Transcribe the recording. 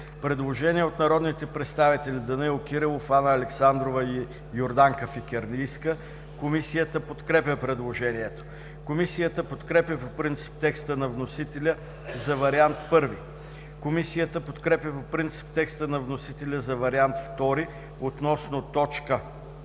Предложение на народните представители Данаил Кирилов, Анна Александрова и Йорданка Фикирлийска. Комисията подкрепя предложението. Комисията подкрепя по принцип текста на вносителя за Вариант I. Комисията подкрепя по принцип текста на вносителя за Вариант II относно т.